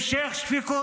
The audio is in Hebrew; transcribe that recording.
אני רוצה שהוא יסיים כבר.